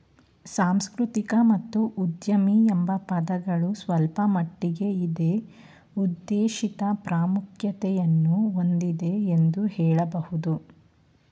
ಸಾಂಸ್ಕೃತಿಕ ಮತ್ತು ಉದ್ಯಮಿ ಎಂಬ ಪದಗಳು ಸ್ವಲ್ಪಮಟ್ಟಿಗೆ ಇದೇ ಉದ್ದೇಶಿತ ಪ್ರಾಮುಖ್ಯತೆಯನ್ನು ಹೊಂದಿದೆ ಎಂದು ಹೇಳಬಹುದು